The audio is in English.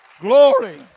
Glory